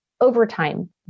overtime